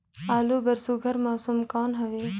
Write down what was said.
आलू बर सुघ्घर मौसम कौन हवे?